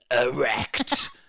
erect